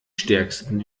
stärksten